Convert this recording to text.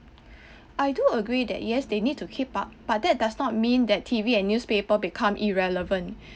I do agree that yes they need to keep up but that does not mean that T_V and newspaper become irrelevant